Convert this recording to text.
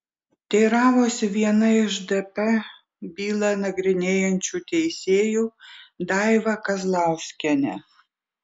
teiravosi viena iš dp bylą nagrinėjančių teisėjų daiva kazlauskienė